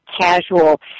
casual